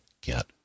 get